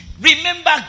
Remember